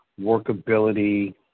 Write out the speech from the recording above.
workability